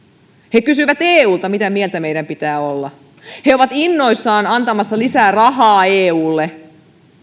he kysyvät eulta mitä mieltä meidän pitää olla he ovat innoissaan antamassa lisää rahaa eulle